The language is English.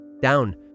Down